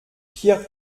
pierre